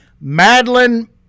Madeline